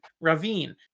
Ravine